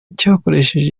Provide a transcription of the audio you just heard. cakoresheje